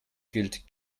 gilt